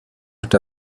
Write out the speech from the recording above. not